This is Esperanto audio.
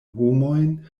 homojn